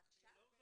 על עכשיו?